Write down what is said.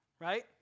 Right